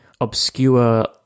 obscure